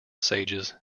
sages